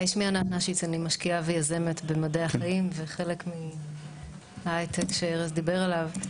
אני משקיעה ויזמת במדעי החיים וחלק מההייטק שארז דיבר עליו.